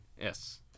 Yes